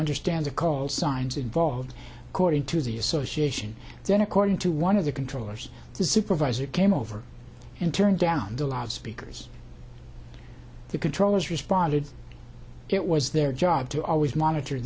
understand the cause signs involved according to the association then according to one of the controllers the supervisor came over and turned down their lives speakers the controllers responded it was their job to always monitor